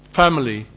family